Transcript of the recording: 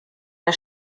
der